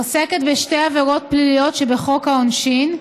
עוסקת בשתי עבירות פליליות שבחוק העונשין: